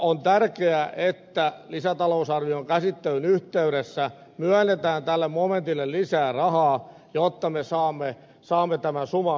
on tärkeää että lisätalousarvion käsittelyn yhteydessä myönnetään tälle momentille lisää rahaa jotta me saamme tämän suman purettua